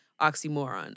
oxymoron